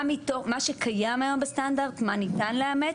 מה שקיים היום בסטנדרט, מה ניתן לאמץ?